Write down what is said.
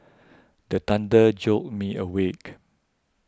the thunder jolt me awake